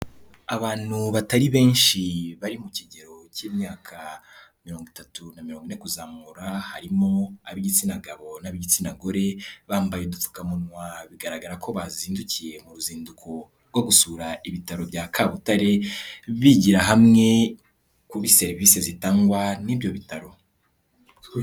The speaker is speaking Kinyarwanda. Abantu batari benshi bari mu kigero cy'imyaka mirongo itatu na mirongo ine kuzamura, harimo ab'igitsina gabo n'ab'igitsina gore, bambaye udupfukamunwa bigaragara ko bazindukiye mu ruzinduko rwo gusura Ibitaro bya Kabutare, bigira hamwe kuri serivisi zitangwa n'ibyo bitaro.